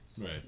Right